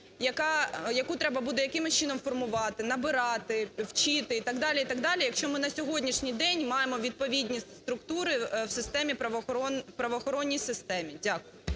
яку треба буде якимось чином формувати, набирати, вчити і так далі, і так далі, якщо ми на сьогоднішній день маємо відповідні структури в системі… в правоохоронній системі? Дякую.